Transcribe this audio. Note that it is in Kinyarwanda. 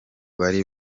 bari